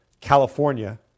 California